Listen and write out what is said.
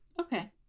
Okay